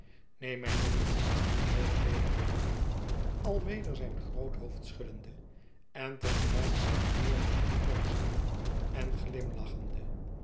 neen mijn jonge vriend viel hij er weder op in alweder zijn groot hoofd schuddende en te gelijk zijn voorhoofd fronsende en glimlachende